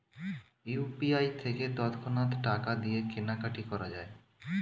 UPI থেকে তৎক্ষণাৎ টাকা দিয়ে কেনাকাটি করা যায়